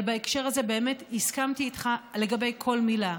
אבל בהקשר הזה באמת הסכמתי איתך לגבי כל מילה.